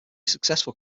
successful